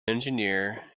engineer